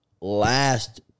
last